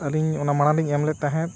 ᱟᱹᱞᱤᱧ ᱚᱱᱟ ᱢᱟᱲᱟᱝ ᱤᱧ ᱮᱢ ᱞᱮᱫ ᱛᱟᱦᱮᱸᱫ